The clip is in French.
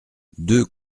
deux